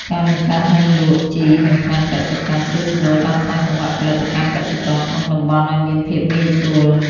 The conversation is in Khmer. ការបង្កើត "ហាងលក់ជី និងថ្នាំកសិកម្ម" ជួយសម្រួលដល់ខ្សែសង្វាក់ផលិតកម្មកសិករក្នុងតំបន់ឱ្យមានភាពងាយស្រួល។